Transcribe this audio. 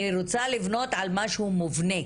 אני רוצה לבנות על משהו מובנה